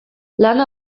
lana